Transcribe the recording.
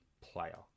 player